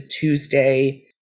Tuesday